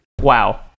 Wow